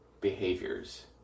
behaviors